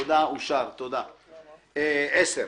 הצבעה בעד פה אחד